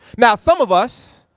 now, some of us,